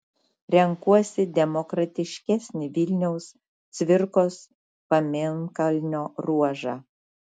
renkuosi demokratiškesnį vilniaus cvirkos pamėnkalnio ruožą